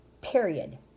period